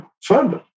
further